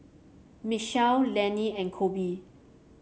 Michelle Leonie and Koby